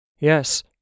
Yes